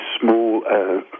small